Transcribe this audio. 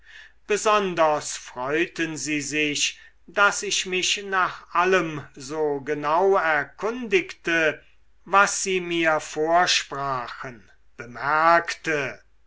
besonders freuten sie sich daß ich mich nach allem so genau erkundigte was sie mir vorsprachen bemerkte